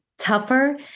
tougher